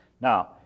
Now